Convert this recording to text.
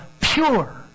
pure